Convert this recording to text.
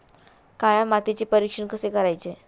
काळ्या मातीचे परीक्षण कसे करायचे?